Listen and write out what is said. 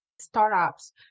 startups